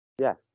Yes